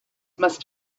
must